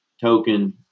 token